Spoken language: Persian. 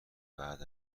بعد